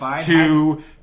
two